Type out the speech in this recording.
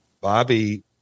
Bobby